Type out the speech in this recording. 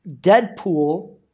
deadpool